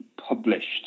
published